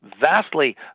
vastly